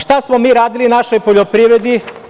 Šta smo mi radili našoj poljoprivredi?